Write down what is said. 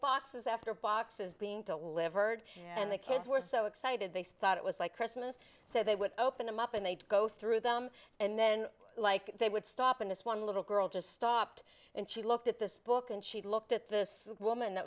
boxes after boxes being to livered and the kids were so excited they thought it was like christmas so they would open them up and they'd go through them and then like they would stop and this one little girl just stopped and she looked at this book and she looked at this woman